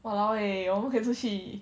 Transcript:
!walao! eh 我不可以出去